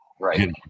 right